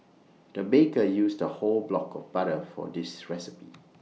the baker used A whole block of butter for this recipe